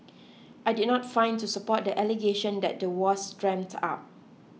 I did not find to support the allegation that the was dreamt up